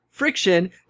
friction